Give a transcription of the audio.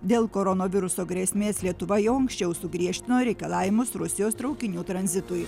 dėl koronaviruso grėsmės lietuva jau anksčiau sugriežtino reikalavimus rusijos traukinių tranzitui